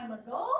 ago